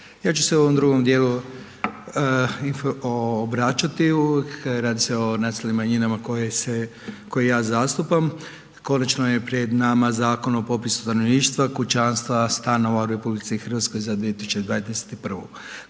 ja ću se u ovom drugom djelu obraćati radi se o nacionalnim manjinama koje se, koje ja zastupam. Konačno je pred nama Zakon o popisu stanovništva, kućanstava, stanova u RH za 2021.